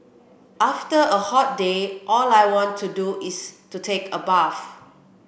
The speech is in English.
after a hot day all I want to do is to take a bath